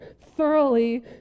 thoroughly